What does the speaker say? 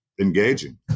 engaging